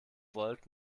wollt